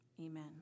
amen